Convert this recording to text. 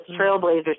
trailblazers